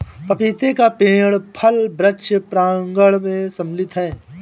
पपीते का पेड़ फल वृक्ष प्रांगण मैं सम्मिलित है